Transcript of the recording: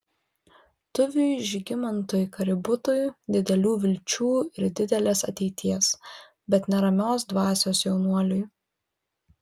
tuviui žygimantui kaributui didelių vilčių ir didelės ateities bet neramios dvasios jaunuoliui